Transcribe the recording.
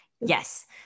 Yes